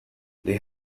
they